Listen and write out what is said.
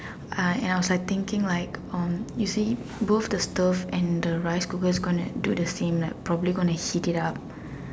I and I was like thinking like um you see both the stove and the rice cooker is going to do the same like probably going to heat it up